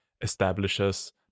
establishes